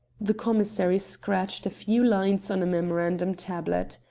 the commissary scratched a few lines on a memorandum tablet.